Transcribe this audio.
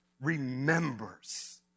remembers